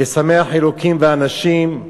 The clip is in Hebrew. משמח אלוקים ואנשים,